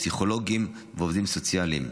פסיכולוגים ועובדים סוציאלים.